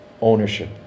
ownership